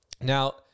Now